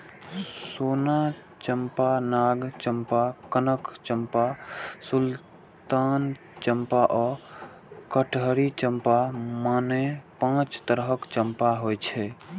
सोन चंपा, नाग चंपा, कनक चंपा, सुल्तान चंपा आ कटहरी चंपा, मने पांच तरहक चंपा होइ छै